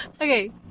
Okay